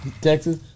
Texas